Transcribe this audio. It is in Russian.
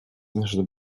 между